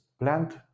plant